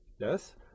yes